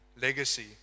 legacy